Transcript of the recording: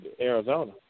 Arizona